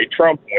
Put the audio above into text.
Trump